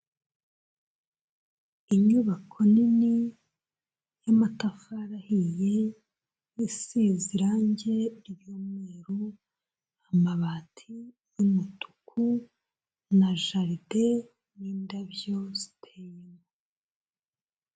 Inyubako nini y'amatafari ahiye isize irangi ry'umweru amabati umutuku, na jaride n'indabyo ziteye.